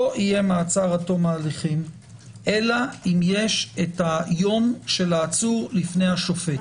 לא יהיה מעצר עד תום ההליכים אלא אם יש יום העצור לפני השופט.